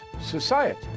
society